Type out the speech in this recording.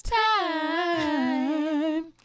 time